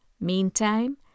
Meantime